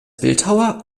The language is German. bildhauer